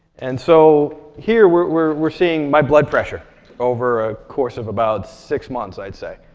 and so, here we're we're seeing my blood pressure over a course of about six months, i'd say.